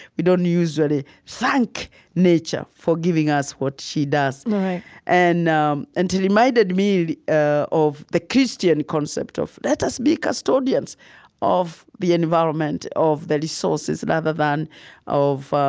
we don't usually thank nature for giving us what she does and um he reminded me ah of the christian concept of let us be custodians of the environment, of the resources, rather than of,